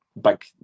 big